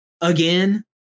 again